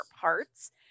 parts